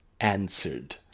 answered